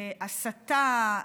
הסתה,